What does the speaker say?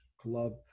Club